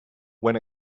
when